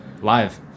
Live